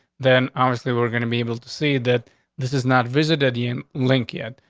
then obviously we're gonna be able to see that this is not visited. you link it.